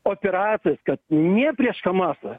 operacijas kad ne prieš hamasą